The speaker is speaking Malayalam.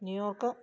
ന്യൂയോർക്ക്